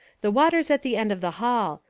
the water's at the end of the hall.